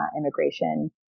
immigration